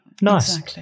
Nice